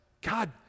God